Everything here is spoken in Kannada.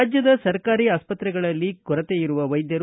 ರಾಜ್ಯದ ಸರ್ಕಾರಿ ಆಸ್ತ್ರೆಗಳಲ್ಲಿ ಕೊರತೆಯಿರುವ ವೈದ್ಯರು